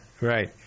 Right